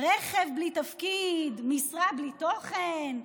רכב בלי תפקיד, משרה בלי תוכן,